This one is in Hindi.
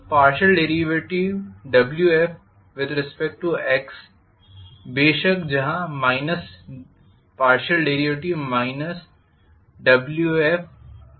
बेशक जहाँ Wfx भी होगा